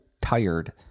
tired